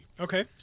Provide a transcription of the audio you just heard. Okay